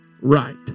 right